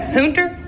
Hunter